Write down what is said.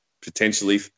potentially